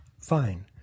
Fine